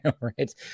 right